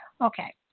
Okay